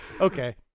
Okay